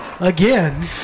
Again